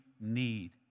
need